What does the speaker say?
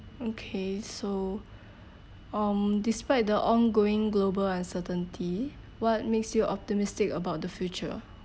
okay so um despite the ongoing global uncertainty what makes you optimistic about the future